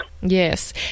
Yes